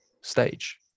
stage